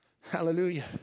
Hallelujah